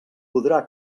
podrà